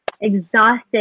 exhausted